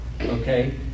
Okay